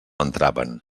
entraven